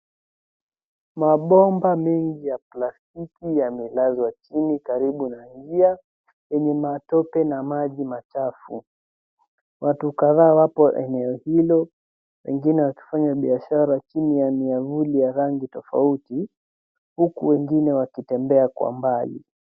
Mabomba mengi ya plastiki yamelazwa chini karibu na njia yenye matope na maji machafu. Watu kadhaa wapo eneo hilo, wengine wakifanya biashara chini ya miavuli ya rangi tofauti huku wengine wakitembea kwa mbali.